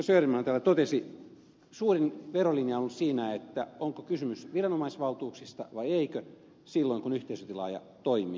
söderman täällä totesi suurin erolinja on siinä onko kysymys viranomaisvaltuuksista vai eikö silloin kun yhteisötilaaja toimii